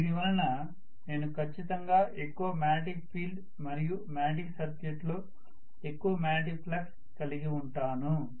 దీని వలన నేను ఖచ్చితంగా ఎక్కువ మాగ్నెటిక్ ఫీల్డ్ మరియు మాగ్నెటిక్ సర్క్యూట్ లో ఎక్కువ మాగ్నెటిక్ ఫ్లక్స్ కలిగి ఉంటాను